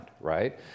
right